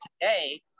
today